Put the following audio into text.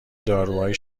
داروهای